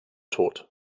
tod